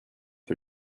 her